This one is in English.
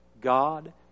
God